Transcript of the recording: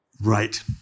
Right